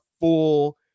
full